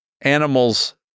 animals